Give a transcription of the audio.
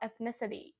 ethnicity